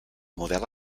model